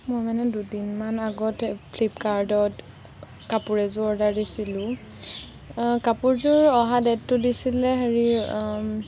মই মানে দুদিনমানৰ আগতে ফ্লিপকাৰ্টত কাপোৰ এযোৰ অৰ্ডাৰ দিছিলোঁ কাপোৰযোৰ অহা ডেটটো দিছিলে হেৰি